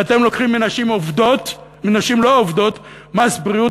ואתם לוקחים מנשים לא עובדות מס בריאות